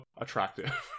attractive